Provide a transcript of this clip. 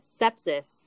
sepsis